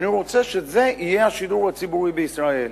אני רוצה שזה יהיה השידור הציבורי בישראל,